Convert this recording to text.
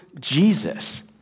Jesus